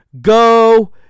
Go